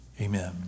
amen